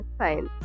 fine